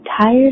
tired